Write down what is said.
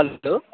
hello